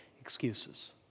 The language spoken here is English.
excuses